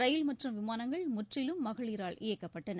ரயில் மற்றும் விமானங்கள் முற்றிலும் மகளிரால் இயக்கப்பட்டன